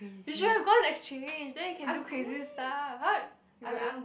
we should've gone exchange then you can do crazy stuff !huh! you going